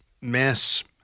mass